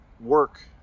work